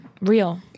real